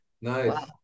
Nice